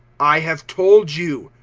i have told you,